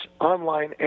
online